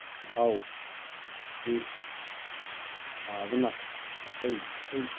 ꯆꯥꯛꯍꯥꯎ ꯑꯁꯤ ꯊꯥꯕꯅ ꯑꯇꯩ ꯑꯇꯩ